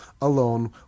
alone